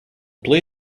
play